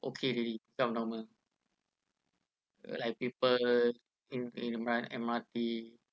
okay already become normal like people in in a M M_R_T